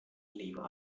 lieber